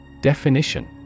Definition